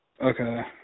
Okay